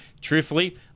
Truthfully